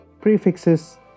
prefixes